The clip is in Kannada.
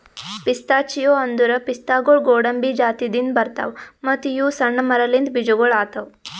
ಪಿಸ್ತಾಚಿಯೋ ಅಂದುರ್ ಪಿಸ್ತಾಗೊಳ್ ಗೋಡಂಬಿ ಜಾತಿದಿಂದ್ ಬರ್ತಾವ್ ಮತ್ತ ಇವು ಸಣ್ಣ ಮರಲಿಂತ್ ಬೀಜಗೊಳ್ ಆತವ್